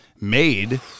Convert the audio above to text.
made